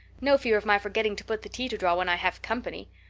no fear of my forgetting to put the tea to draw when i have company.